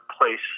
place